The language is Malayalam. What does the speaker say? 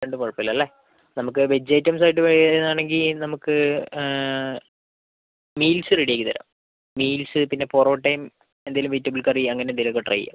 രണ്ടും കുഴപ്പം ഇല്ലല്ലേ നമുക്ക് വെജ് ഐറ്റംസ് ആയിട്ട് വരുവാണെങ്കിൽ നമുക്ക് മീൽസ് റെഡി ആക്കി തരാം മീൽസ് പിന്നെ പൊറോട്ടയും എന്തെങ്കിലും വെജിറ്റബിൾ കറി അങ്ങനെ എന്തെങ്കിലുമൊക്കെ ട്രൈ ചെയ്യാം